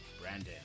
Brandon